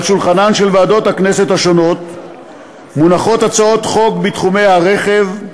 על שולחנן של ועדות הכנסת השונות מונחות הצעות חוק בתחומי הרכב,